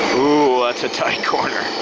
ooh, that's a tight corner.